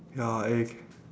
ya anything